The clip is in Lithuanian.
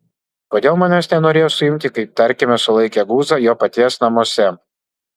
kodėl manęs nenorėjo suimti kaip tarkime sulaikė guzą jo paties namuose